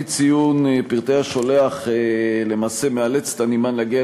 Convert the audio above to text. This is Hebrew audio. אי-ציון פרטי השולח למעשה מאלץ את הנמען להגיע